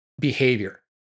behavior